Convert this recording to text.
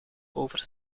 over